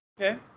Okay